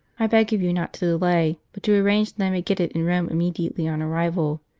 i beg of you not to delay, but to arrange that i may get it in rome immediately on arrival.